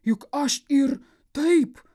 juk aš ir taip